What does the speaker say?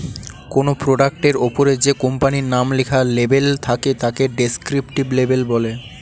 কোনো প্রোডাক্টের ওপরে যে কোম্পানির নাম লেখা লেবেল থাকে তাকে ডেসক্রিপটিভ লেবেল বলে